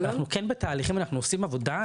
אנחנו כן בתהליכים ואנחנו עושים עבודה,